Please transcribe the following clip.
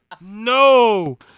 No